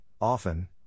often